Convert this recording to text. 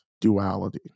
duality